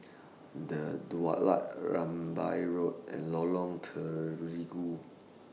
The Daulat Rambai Road and Lorong Terigu